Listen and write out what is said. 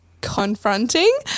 confronting